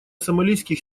сомалийских